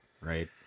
Right